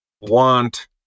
want